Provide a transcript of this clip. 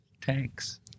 tanks